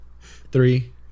Three